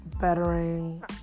bettering